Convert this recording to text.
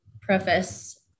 preface